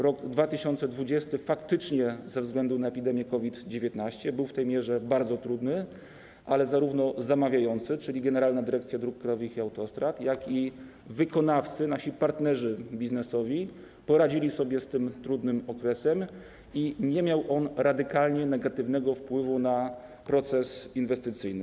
Rok 2020 faktycznie ze względu na epidemię COVID-19 był w tej mierze bardzo trudny, ale zarówno zamawiający, czyli Generalna Dyrekcja Dróg Krajowych i Autostrad, jak i wykonawcy, nasi partnerzy biznesowi, poradzili sobie w tym trudnym okresie i ta sytuacja nie miała radykalnie negatywnego wpływu na proces inwestycyjny.